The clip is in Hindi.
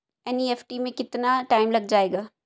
एन.ई.एफ.टी में कितना टाइम लग जाएगा?